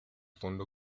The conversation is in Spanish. fondo